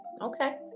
Okay